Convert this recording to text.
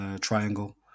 Triangle